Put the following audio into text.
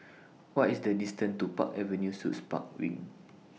What IS The distance to Park Avenue Suits Park Wing